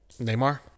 Neymar